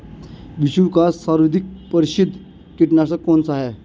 विश्व का सर्वाधिक प्रसिद्ध कीटनाशक कौन सा है?